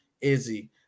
izzy